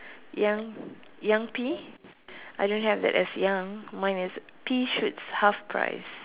young young pea I don't have that as ya mine is pea shoots half price